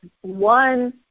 one